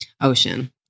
Ocean